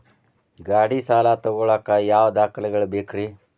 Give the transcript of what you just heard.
ಗಾಡಿ ಸಾಲ ತಗೋಳಾಕ ಯಾವ ದಾಖಲೆಗಳ ಬೇಕ್ರಿ?